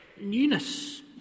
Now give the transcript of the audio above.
newness